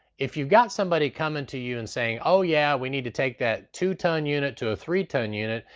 if you've got somebody coming to you and saying, oh yeah, we need to take that two ton unit to a three ton unit,